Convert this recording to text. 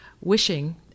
wishing